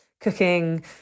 cooking